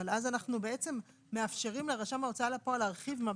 אבל אז אנחנו בעצם מאפשרים לרשם ההוצאה לפועל להרחיב מבט.